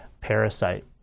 Parasite